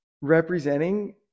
representing